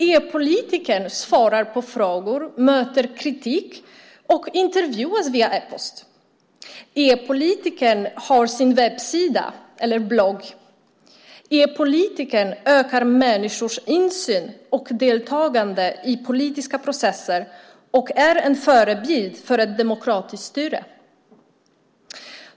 E-politikern svarar på frågor, möter kritik och intervjuas via e-post. E-politikern har sin webbsida eller blogg. E-politikern ökar människors insyn och deltagande i politiska processer och är en förebild för ett demokratiskt styre.